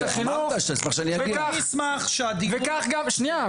וכך גם שנייה,